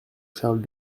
charles